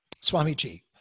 Swamiji